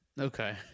Okay